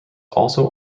also